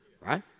Right